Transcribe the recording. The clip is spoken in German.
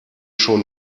schon